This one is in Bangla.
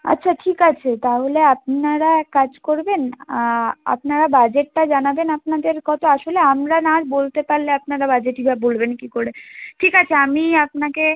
আচ্ছা ঠিক আছে তাহলে আপনারা এক কাজ করবেন আপনারা বাজেটটা জানাবেন আপনাদের কতো আসলে আমরা না আর বলতে পারলে আপনারা বাজেটই বা বলবেন কী করে ঠিক আছে আমি আপনাকে